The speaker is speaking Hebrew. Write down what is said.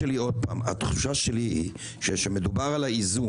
התחושה שלי היא שכשמדובר על האיזון